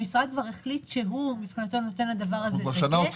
המשרד כבר החליט שהוא מבחינתנו נותן לדבר הזה דגש.